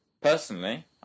Personally